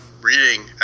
reading